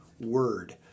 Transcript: word